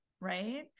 right